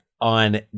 on